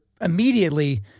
immediately